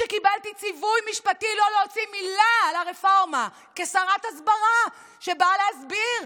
שקיבלתי ציווי משפטי לא להוציא מילה על הרפורמה כשרת הסברה שבאה להסביר,